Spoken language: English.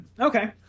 Okay